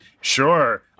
Sure